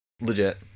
Legit